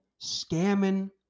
scamming